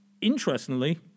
interestingly